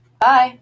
Bye